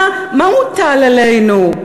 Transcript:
מה מוטל עלינו?